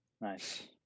Nice